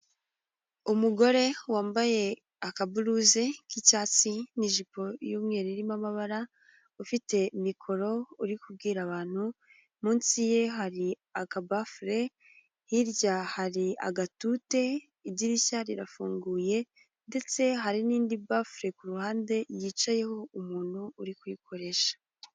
Umugore wambaye akaburuze k'icyatsi n'ijipo y'umweru irimo amabara, ufite mikoro uri kubwira abantu. Munsi ye hari akabafure, hirya hari agatute, idirishya rirafunguye ndetse hari n'indi bufure ku ruhande yicayeho umuntu uri kuyikoresha.